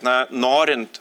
na norint